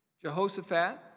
Jehoshaphat